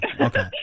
Okay